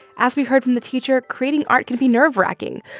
as we heard from the teacher, creating art can be nerve-wracking.